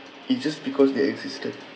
it just because they existed